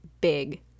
big